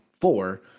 four